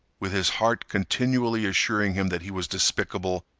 with his heart continually assuring him that he was despicable,